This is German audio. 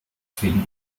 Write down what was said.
frieden